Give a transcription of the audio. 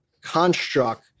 construct